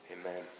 Amen